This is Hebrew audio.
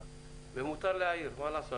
ומותר להעיר, מה לעשות?